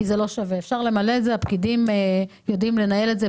השאלה היא האם אפשר לתקן את זה בתקנות האלה.